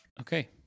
Okay